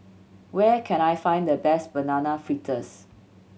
where can I find the best Banana Fritters